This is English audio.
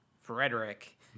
frederick